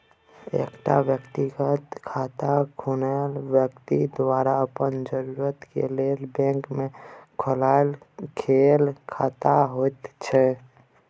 एकटा व्यक्तिगत खाता कुनु व्यक्ति द्वारा अपन जरूरत के लेल बैंक में खोलायल गेल खाता होइत छै